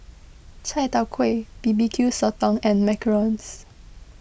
Chai Tow Kway B B Q Sotong and Macarons